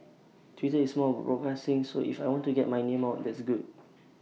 Twitter is more broadcasting so if I want to get my name out that's good